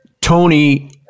Tony